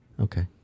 okay